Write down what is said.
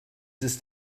ist